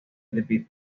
beatles